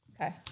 Okay